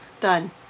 done